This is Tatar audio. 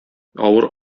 авыр